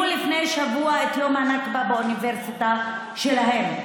לפני שבוע את יום הנכבה באוניברסיטה שלהם,